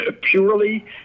purely